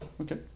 Okay